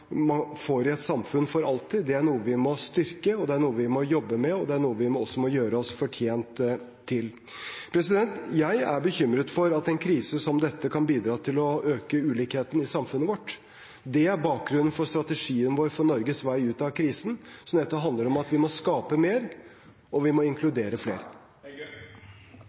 man får i et samfunn for alltid. Det er noe vi må styrke, jobbe med og gjøre oss fortjent til. Jeg er bekymret for at en krise som dette kan bidra til å øke ulikheten i samfunnet vårt. Det er bakgrunnen for strategien vår for Norges vei ut av krisen, som handler om at vi må skape mer og inkludere flere.